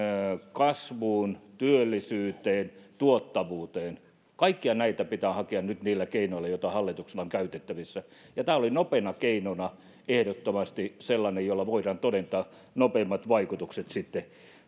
kasvuun työllisyyteen tuottavuuteen kaikkia näitä pitää hakea nyt niillä keinoilla joita hallituksella on käytettävissä ja tämä oli nopeana keinona ehdottomasti sellainen jolla voidaan todentaa nopeimmat vaikutukset sitten